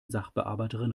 sachbearbeiterin